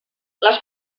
les